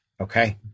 Okay